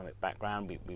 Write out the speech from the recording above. background